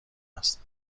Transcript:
است